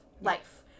life